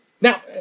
Now